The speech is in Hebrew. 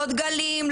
לא דגלים,